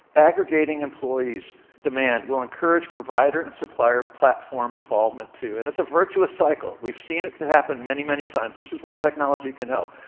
aggregating employees demand will encourage provider and supplier platform involvement, too, and it's a virtuous cycle. we've seen it happen many, many times. this is where technology can help.